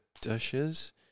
dishes